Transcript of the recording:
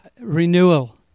renewal